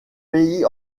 pays